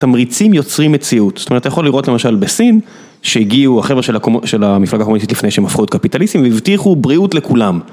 תמריצים יוצרים מציאות, זאת אומרת אתה יכול לראות למשל בסין, שהגיעו החברה של המפלגה הקומוניסטית לפני שהם הפכו להיות קפיטליסטים והבטיחו בריאות לכולם.